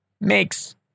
makes